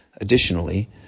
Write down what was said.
Additionally